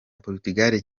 portugal